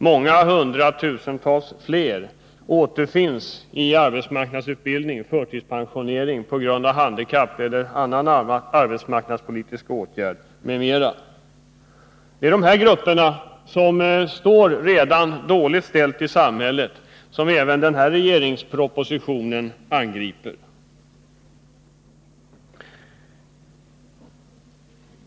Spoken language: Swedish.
Många hundra tusen fler återfinns i arbetsmarknadsutbildning, förtidspensionering på grund av handikapp eller annan arbetsmarknadspolitisk åtgärd m.m. Det är dessa grupper, som redan har det dåligt ställt i samhället, som även den här regeringspropositionen angriper.